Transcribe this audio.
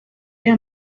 aya